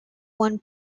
won